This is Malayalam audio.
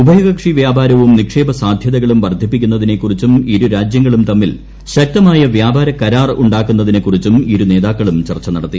ഉഭയകക്ഷി വ്യാപാരവും നിക്ഷേപ സാധൃതകളും വർദ്ധിപ്പിക്കുന്നതിനെക്കുറിച്ചും ഇരു രാജ്യങ്ങളും തമ്മിൽ ശക്തമായ വ്യാപാര കരാർ ഉണ്ടാക്കുന്നതിനെക്കുറിച്ചും ഇരു നേതാക്കളും ചർച്ച നടത്തി